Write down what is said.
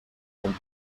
und